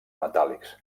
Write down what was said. metàl·lics